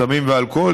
בסמים ובאלכוהול,